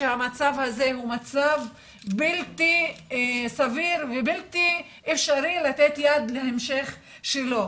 שהמצב הזה הוא מצב בלתי סביר ובלתי אפשרי לתת יד להמשך שלו.